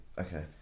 Okay